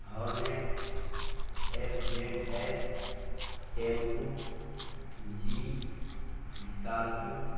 hornet F Z S tempo jeep scorpio